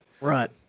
right